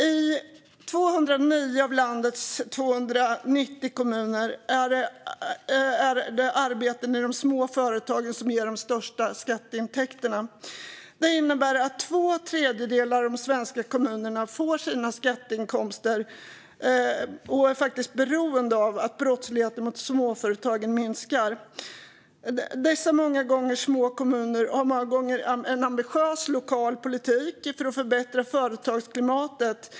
I 209 av landets 290 kommuner är det arbeten i de små företagen som ger de största skatteintäkterna. Det innebär att två tredjedelar av de svenska kommunerna får sina skatteinkomster därifrån och faktiskt är beroende av att brottsligheten mot småföretagen minskar. Dessa små kommuner har många gånger en ambitiös lokal politik för att förbättra företagsklimatet.